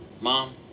Mom